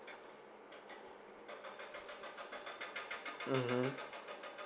mmhmm